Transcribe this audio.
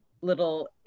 little